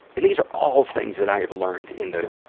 and these are all things that i have learned in the,